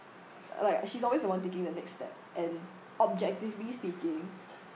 like she's always the one taking the next step and objectively speaking